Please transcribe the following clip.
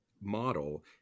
model